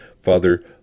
Father